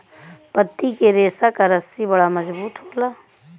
पत्ती के रेशा क रस्सी बड़ा मजबूत होला